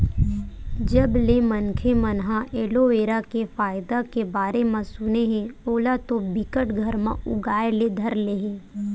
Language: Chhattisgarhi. जब ले मनखे मन ह एलोवेरा के फायदा के बारे म सुने हे ओला तो बिकट घर म उगाय ले धर ले हे